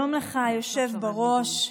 שלום לך, היושב בראש,